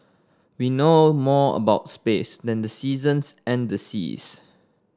we know more about space than the seasons and the seas